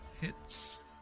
Hits